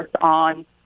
on